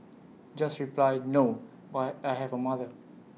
just reply no but I have A mother